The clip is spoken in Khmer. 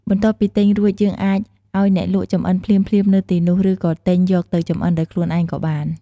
បន្ទាប់ពីទិញរួច យើងអាចឱ្យអ្នកលក់ចម្អិនភ្លាមៗនៅទីនោះ ឬក៏ទិញយកទៅចម្អិនដោយខ្លួនឯងក៏បាន។